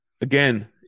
again